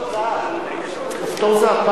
כפתור זהב.